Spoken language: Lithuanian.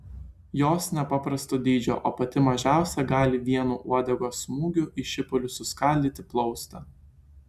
jos nepaprasto dydžio o pati mažiausia gali vienu uodegos smūgiu į šipulius suskaldyti plaustą